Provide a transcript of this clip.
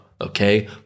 Okay